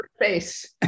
face